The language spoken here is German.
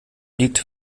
liegt